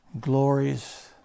glories